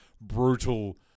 brutal